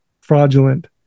fraudulent